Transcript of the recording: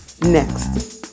next